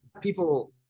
people